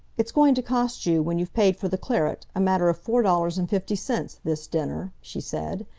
it's going to cost you, when you've paid for the claret, a matter of four dollars and fifty cents, this dinner, she said,